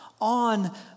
on